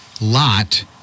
lot